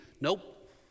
Nope